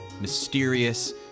mysterious